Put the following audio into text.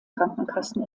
krankenkassen